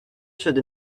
should